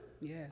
Yes